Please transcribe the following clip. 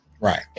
Right